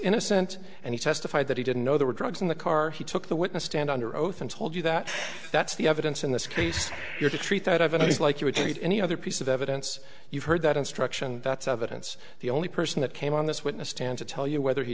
innocent and he testified that he didn't know there were drugs in the car he took the witness stand under oath and told you that that's the evidence in this case you're to treat that evidence is like you would treat any other piece of evidence you've heard that instruction that's evidence the only person that came on this witness stand to tell you whether he